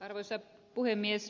arvoisa puhemies